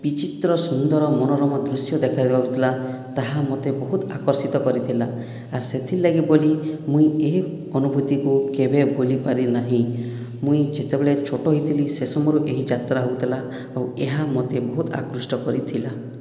ବିଚିତ୍ର ସୁନ୍ଦର ମନରୋମ ଦୃଶ୍ୟ ଦେଖା ଥିଲା ତାହା ମୋତେ ବହୁତ ଆକର୍ଷିତ କରିଥିଲା ଆର୍ ସେଥିର୍ଲାଗି ବୋଲି ମୁଇଁ ଏହି ଅନୂଭୂତିକୁ କେବେ ଭୁଲି ପାରିନାହିଁ ମୁଇଁ ଯେତେବେଳେ ଛୋଟ ହେଇଥିଲି ସେ ସମୟରୁ ଏହି ଯାତ୍ରା ହେଉଥିଲା ଆଉ ଏହା ମୋତେ ବହୁତ ଆକୃଷ୍ଟ କରିଥିଲା